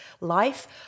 life